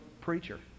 preacher